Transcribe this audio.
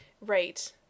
right